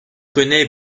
connais